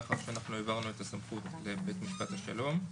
מאחר שהעברנו את הסמכות לבית משפט השלום.